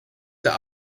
der